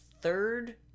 third